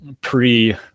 pre